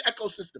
ecosystem